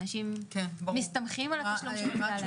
אנשים מסתמכים על התשלום שמגיע להם.